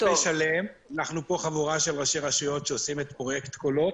אנחנו פה חבורה של ראשי רשויות שעושים את פרויקט קולות.